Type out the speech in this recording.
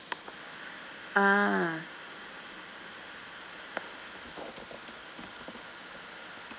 ah